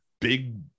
big